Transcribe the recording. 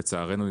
לצערנו,